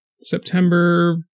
September